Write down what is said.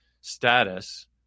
status